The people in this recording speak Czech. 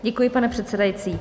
Děkuji, pane předsedající.